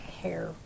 hair